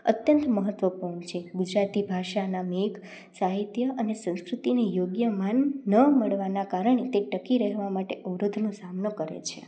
અત્યંત મહત્ત્વપૂર્ણ છે ગુજરાતી ભાષાના મેઘ સાહિત્ય અને સંસ્કૃતિની યોગ્ય માન ન મળવાના કારણે તે ટકી રહેવા માટે અવરોધનો સામનો કરે છે